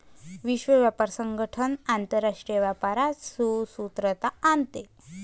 विश्व व्यापार संगठन आंतरराष्ट्रीय व्यापारात सुसूत्रता आणते